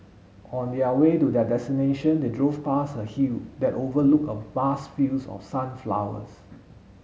on the way to their destination they drove past a hill that overlook of vast fields of sunflowers